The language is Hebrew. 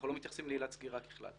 אנחנו לא מתייחסים לעילת סגירה ככלל.